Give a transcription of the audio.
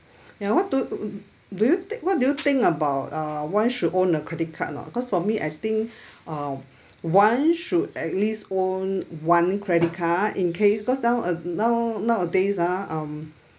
ya what do do you think what do you think about uh one should own a credit card or not cause for me I think uh one should at least own one credit card in case cause now uh now nowadays ah um